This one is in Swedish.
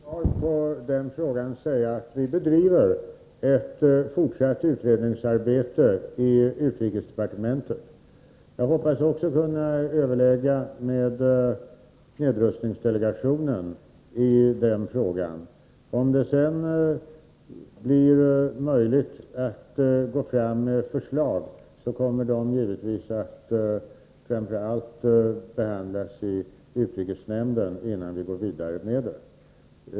Herr talman! Jag vill som svar på den frågan om kärnvapenfri zon i Norden säga att vi bedriver ett fortsatt utredningsarbete i utrikesdepartementet. Jag hoppas också kunna överlägga med nedrustningsdelegationen i frågan. Om det sedan blir möjligt att lägga fram förslag kommer dessa givetvis att redovisas i utrikesnämnden, innan vi går vidare med dem.